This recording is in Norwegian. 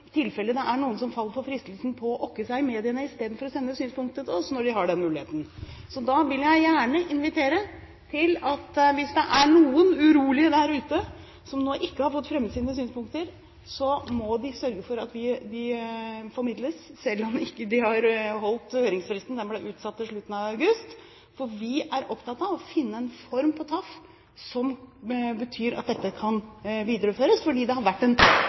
det er noen som faller for fristelsen til å okke seg i mediene istedenfor å sende synspunkter til oss, når de har den muligheten. Hvis det er noen urolige der ute som ennå ikke har fått fremmet sine synspunkter, vil jeg gjerne invitere til at de sørger for at disse formidles, selv om de ikke har holdt høringsfristen. Den ble utsatt til slutten av august. Vi er opptatt av å finne en form på TAF som betyr at dette kan videreføres, fordi det har vært en